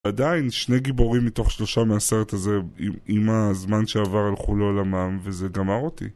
עדיין, שני גיבורים מתוך שלושה מהסרט הזה, עם הזמן שעבר הלכו לעולמם, וזה גמר אותי.